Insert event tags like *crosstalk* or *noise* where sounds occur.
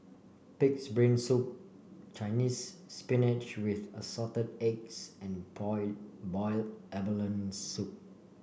pig's brain soup Chinese Spinach with Assorted Eggs and *unintelligible* Boiled Abalone Soup